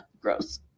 Gross